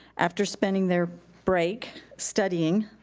after spending their break studying,